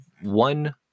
One